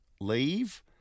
leave